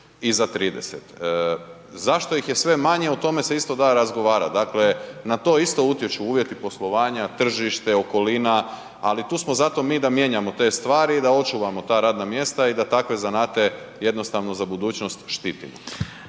i za 30. Zašto ih je sve manje o tome se isto da razgovarat, dakle na to isto utječu uvjeti poslovanja, tržište, okolina, ali tu smo zato mi da mijenjamo te stvari i da očuvamo ta radna mjesta i da takve zanate jednostavno za budućnost štitimo.